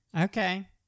Okay